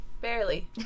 Barely